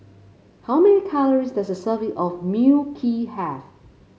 how many calories does a serving of Mui Kee have